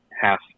half